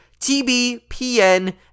TBPN